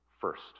first